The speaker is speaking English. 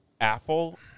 Apple